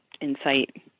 insight